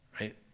Right